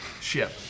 ship